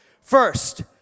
First